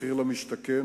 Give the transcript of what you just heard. מחיר למשתכן.